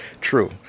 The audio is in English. true